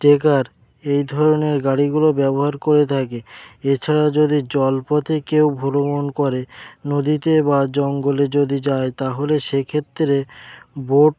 trekker এই ধরনের গাড়িগুলো ব্যবহার করে থাকে এছাড়া যদি জলপথে কেউ ভ্রমণ করে নদীতে বা জঙ্গলে যদি যায় তাহলে সেই ক্ষেত্রে বোট